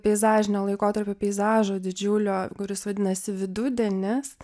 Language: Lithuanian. peizažinio laikotarpio peizažo didžiulio kuris vadinasi vidudienis